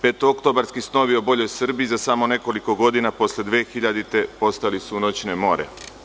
Petooktobarski snovi o boljoj Srbiji za samo nekoliko godina posle 2000. godine postali su noćne more.